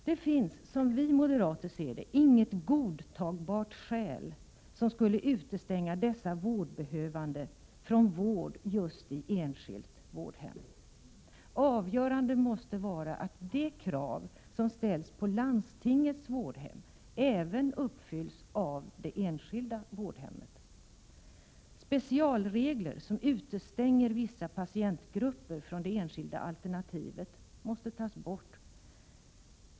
Det finns, som vi moderater ser saken, inget godtagbart sakskäl som skulle utestänga dessa vårdbehövande från vård just vid enskilt vårdhem. Avgörande måste vara att de krav som ställs på landstingets vårdhem även uppfylls av det enskilda vårdhemmet. Specialregler som utestänger vissa patientgrupper från det enskilda alternativet måste tas bort.